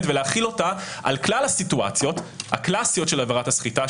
ולהחיל אותה על כלל הסיטואציות הקלסיות של עבירת הסחיטה,